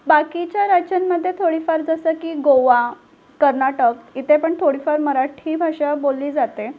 बाकीच्या राज्यांमध्ये थोडीफार जसं की गोवा कर्नाटक इथेपण थोडीफार मराठी भाषा बोलली जाते